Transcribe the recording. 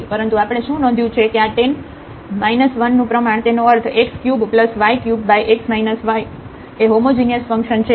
પરંતુ આપણે શું નોંધ્યું છે કે આ tan 1 નું પ્રમાણ તેનો અર્થ x3y3x y એ હોમોજિનિયસ ફંક્શન છે